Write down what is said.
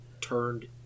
turned